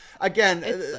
again